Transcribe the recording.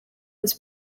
this